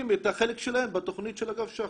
את החלק שלהם בתוכנית של אגף שח"ר.